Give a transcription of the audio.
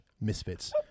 misfits